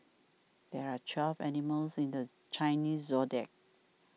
there are twelve animals in the Chinese zodiac